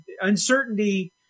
uncertainty